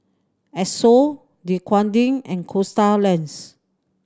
Esso Dequadin and Coasta Lands